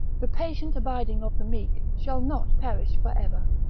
the patient abiding of the meek shall not perish for ever,